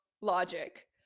logic